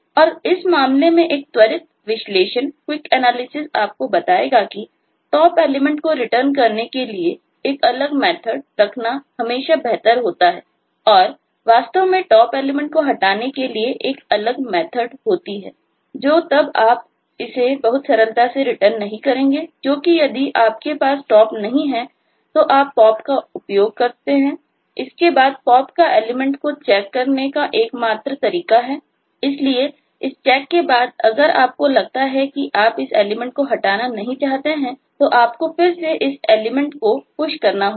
और इस मामले में एक त्वरित विश्लेषण क्विक एनालिसिस के बाद अगर आपको लगता है कि आप इस एलिमेंट को हटाना नहीं चाहते हैं तो आपको फिर से इस एलिमेंट को Push करना होगा